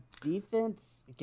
Defense